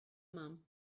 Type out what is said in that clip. mom